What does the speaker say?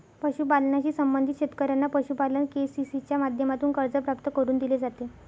पशुपालनाशी संबंधित शेतकऱ्यांना पशुपालन के.सी.सी च्या माध्यमातून कर्ज प्राप्त करून दिले जाते